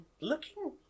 looking